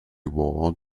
ward